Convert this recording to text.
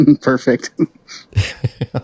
perfect